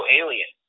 alien